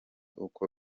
uko